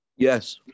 Yes